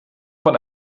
von